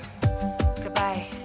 goodbye